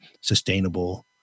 sustainable